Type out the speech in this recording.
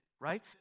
right